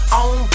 on